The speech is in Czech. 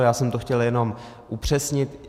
Já jsem to chtěl jenom upřesnit.